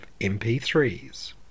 MP3s